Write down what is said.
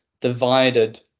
divided